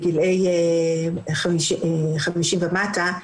בגילאי 50 ומטה,